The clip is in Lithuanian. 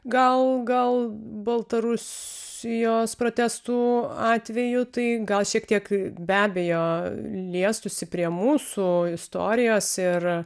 gal gal baltarusijos protestų atveju tai gal šiek tiek be abejo liestųsi prie mūsų istorijos ir